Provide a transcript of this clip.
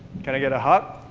can i get a hug?